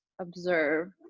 observe